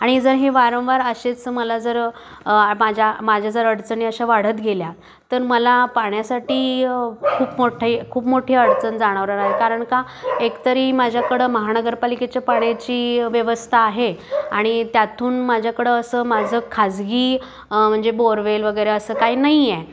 आणि जर हे वारंवार असेच मला जर माझ्या माझ्या जर अडचणी अशा वाढत गेल्या तर मला पाण्यासाठी खूप मोठे खूप मोठी अडचण जाणवणार आहे कारण का एकतरी माझ्याकडं महाणगरपालिकेच्या पाण्याची व्यवस्था आहे आणि त्यातून माझ्याकडं असं माझं खाजगी म्हणजे बोरवेल वगैरे असं काय नाहीये